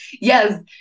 Yes